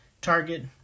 Target